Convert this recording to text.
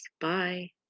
Bye